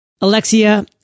Alexia